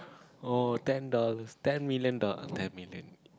oh ten dollars ten million dollars ten million